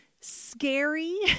scary